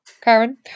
karen